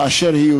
באשר היא.